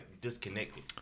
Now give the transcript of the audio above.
disconnected